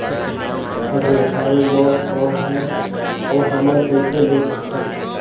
अंतरव्यवसायी लोन कौन हे? अउ हमन कइसे ले सकथन?